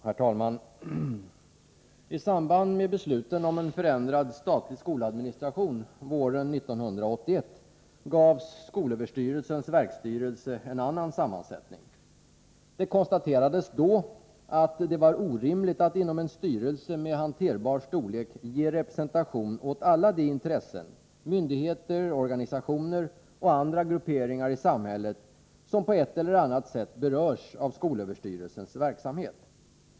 Herr talman! I samband med besluten om en förändrad statlig skoladministration våren 1981 gavs skolöverstyrelsens verksstyrelse en annan sammansättning. Det konstaterades då att det var orimligt att inom en styrelse med hanterbar storlek ge representation åt alla de intressen — myndigheter, organisationer och andra grupperingar i samhället — som på ett eller annat sätt berörs av skolöverstyrelsens verksamhet.